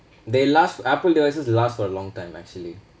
they last apple devices last for a long time actually